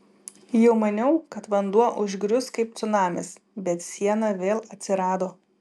jau maniau kad vanduo užgrius kaip cunamis bet siena vėl atsirado